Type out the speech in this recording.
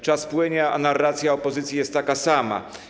Czas płynie, a narracja opozycji jest taka sama.